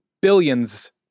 billions